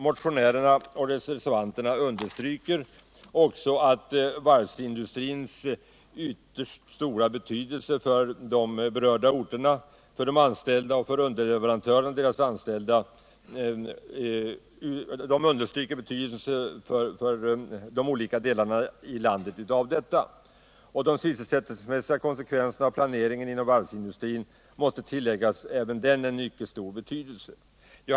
Motionärerna och reservanterna understryker också varvsindustrins utomordentligt stora betydelse för de orter som är berörda, för de många arbetstagarna vid varven och för underleverantörerna och deras anställda i olika delar av landet. Med tanke på de sysselsättningsmässiga konsekvenserna av planeringen av varvsindustrin måste även den tilläggas mycket stor betydelse.